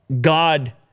God